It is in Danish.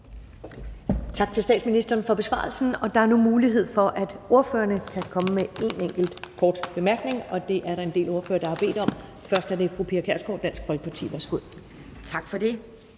Tak til statsministeren for besvarelsen. Der er nu mulighed for, at ordførerne kan komme med en enkelt kort bemærkning, og det er der en del ordførere der har bedt om. Først er det fru Pia Kjærsgaard, Dansk Folkeparti. Værsgo. Kl.